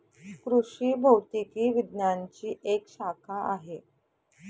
कृषि भौतिकी विज्ञानची एक शाखा आहे